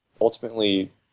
ultimately